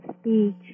speech